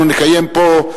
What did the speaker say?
אנחנו נקיים פה,